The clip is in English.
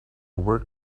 work